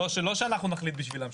לא שאנחנו נחליט בשבילם,